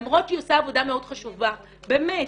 למרות שהיא עושה עבודה מאוד חשובה, באמת.